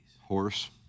Horse